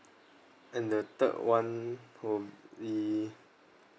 and the third one from the